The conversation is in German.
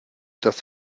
dass